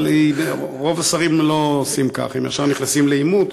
אבל רוב השרים לא עושים כך והם ישר נכנסים לעימות.